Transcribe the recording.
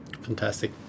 Fantastic